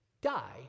Die